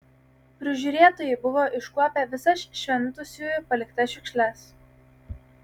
prižiūrėtojai buvo iškuopę visas šventusiųjų paliktas šiukšles